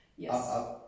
Yes